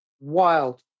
wild